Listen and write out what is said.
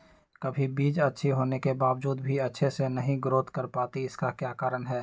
कभी बीज अच्छी होने के बावजूद भी अच्छे से नहीं ग्रोथ कर पाती इसका क्या कारण है?